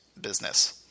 business